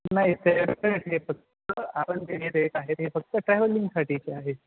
नाही ते हे फक्त आपण जे रेट आहे ते फक्त ट्रॅव्हलिंगसाठीचे आहे